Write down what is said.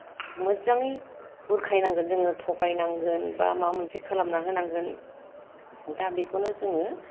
मोजाङै बुरखायनांगोन जोङो थगायनांगोन बा माबा मोनसे खालामना होनांगोन दा बेखौनो जोङो